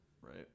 right